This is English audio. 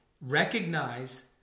recognize